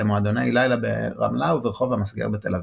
במועדוני לילה ברמלה וברחוב המסגר בתל אביב.